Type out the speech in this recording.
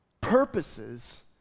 purposes